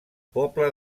poble